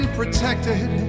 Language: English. protected